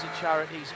charities